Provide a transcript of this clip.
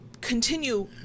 continue